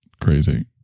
Crazy